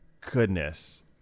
Goodness